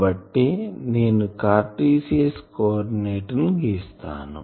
కాబట్టే నేను Cartesian coordinate ని గీసాను